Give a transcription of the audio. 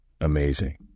Amazing